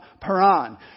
Paran